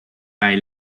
bei